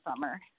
summer